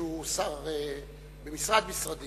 שהוא היה שר בכמה משרדים,